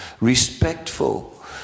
respectful